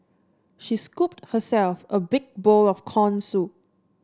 she scooped herself a big bowl of corn soup